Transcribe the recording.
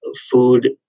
food